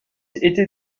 était